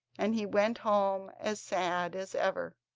and he went home as sad as ever.